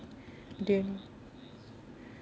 the